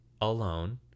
alone